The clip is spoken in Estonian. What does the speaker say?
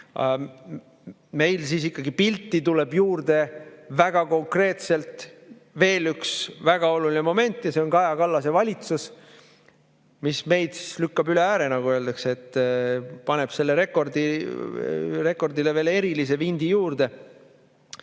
Meil tuleb ikkagi pilti juurde konkreetselt veel üks väga oluline moment ja see on Kaja Kallase valitsus, mis lükkab meid üle ääre, nagu öeldakse, paneb sellele rekordile veel erilise vindi juurde.